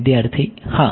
વિદ્યાર્થી હા